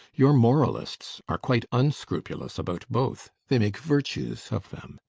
your moralists are quite unscrupulous about both they make virtues of them.